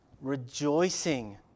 rejoicing